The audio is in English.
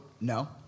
no